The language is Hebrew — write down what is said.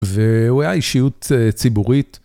והוא היה אישיות ציבורית.